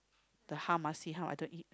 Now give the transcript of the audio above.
the hum ah see how other eat